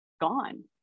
gone